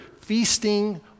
feasting